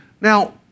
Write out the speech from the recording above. Now